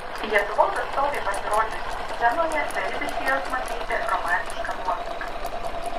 lietuvos atstovei pasirodžius scenoje beribį šėlsmą keitė romantiška nuotaika